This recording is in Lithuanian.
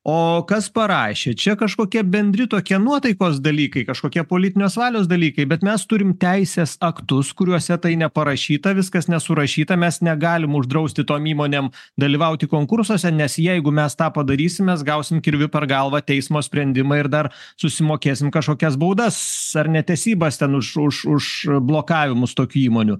o kas parašė čia kažkokie bendri tokie nuotaikos dalykai kažkokie politinios valios dalykai bet mes turim teisės aktus kuriuose tai neparašyta viskas nesurašyta mes negalim uždrausti tom įmonėm dalyvauti konkursuose nes jeigu mes tą padarysim mes gausim kirviu per galvą teismo sprendimą ir dar susimokėsim kažkokias baudas ar netesybas ten už už už blokavimus tokių įmonių